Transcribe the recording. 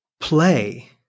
play